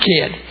kid